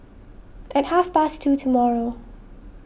at half past two tomorrow